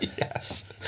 Yes